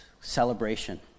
celebration